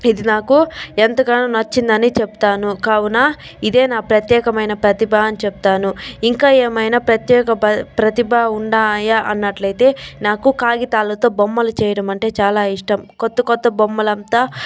ఇది నాకు ఎంతగానో నచ్చిందనే చెప్తాను కావున ఇదే నా ప్రత్యేకమైన ప్రతిభ అని చెప్తాను ఇంకా ఏమైనా ప్రత్యేక ప ప్రతిభ ఉన్నాయా అన్నట్లయితే నాకు కాగితాలతో బొమ్మలు చేయడం అంటే చాలా ఇష్టం కొత్త కొత్త బొమ్మలంతా